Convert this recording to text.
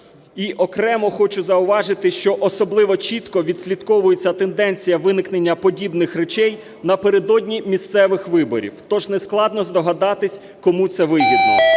І окремо хочу зауважити, що особливо чітко відслідковується тенденція виникнення подібних речей напередодні місцевих виборів, тож не складно здогадатися кому це вигідно.